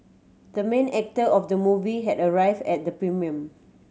the main actor of the movie had arrived at the premiere